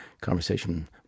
conversation